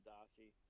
Darcy